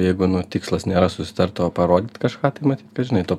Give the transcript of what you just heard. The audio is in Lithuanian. jeigu nu tikslas nėra susitart o parodyt kažką tai matyt kad žinai to